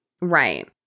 Right